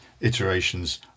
iterations